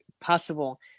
possible